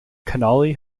connolly